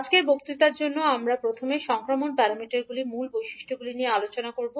আজকের বক্তৃতার জন্য আমরা প্রথমে সংক্রমণ প্যারামিটারগুলির মূল বৈশিষ্ট্যগুলি নিয়ে আলোচনা করব